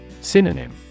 Synonym